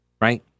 right